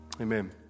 amen